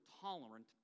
tolerant